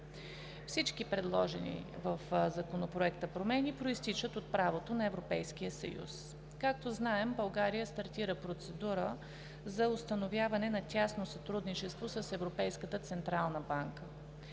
Всички предложени в Законопроекта промени произтичат от правото на Европейския съюз. Както знаем, България стартира процедурата за установяване на тясно сътрудничество с Европейската централна банка